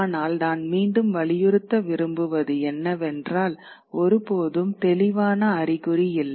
ஆனால் நான் மீண்டும் வலியுறுத்த விரும்புவது என்னவென்றால் ஒருபோதும் தெளிவான அறிகுறி இல்லை